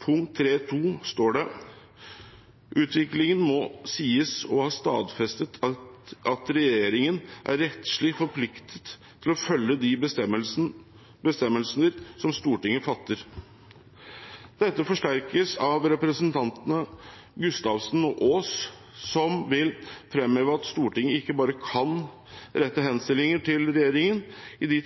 står det i innstillingen: «Utviklingen må sies å ha stadfestet at Regjeringen er rettslig forpliktet til å følge de bestemmelser som Stortinget fatter.» Dette forsterkes av representantene Gustavsen og Ås som «vil fremheve at Stortinget ikke bare kan rette henstillinger til regjeringen i de